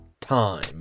time